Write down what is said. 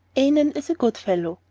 annon is a good fellow,